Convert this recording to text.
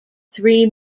three